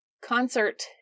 concert